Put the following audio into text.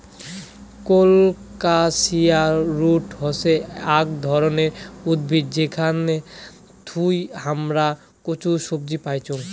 colocasia root হসে আক ধরণের উদ্ভিদ যেখান থুই হামরা কচু সবজি পাইচুং